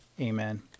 Amen